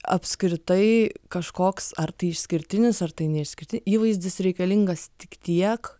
apskritai kažkoks ar tai išskirtinis ar tai neišskirti įvaizdis reikalingas tik tiek